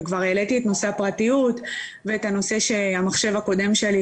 וכבר העליתי את נושא הפרטיות ואת הנושא שהמחשב הקודם שלי